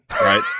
right